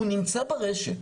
הוא נמצא ברשת